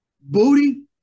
Booty